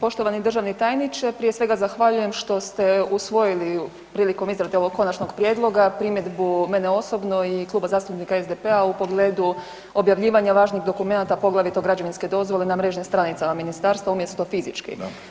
Poštovani državni tajniče prije svega zahvaljujem što ste usvojili prilikom izrade ovog konačnog prijedloga primjedbu mene osobno i Kluba zastupnika SDP-a u pogledu objavljivanja važnih dokumenata poglavito građevinske dozvole na mrežnim stranicama ministarstva umjesto fizički.